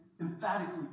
emphatically